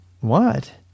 What